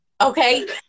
Okay